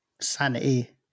sanity